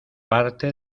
parte